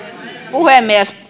puhemies